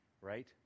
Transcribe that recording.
right